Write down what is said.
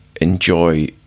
enjoy